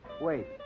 Wait